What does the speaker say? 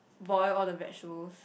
boil all the vegetables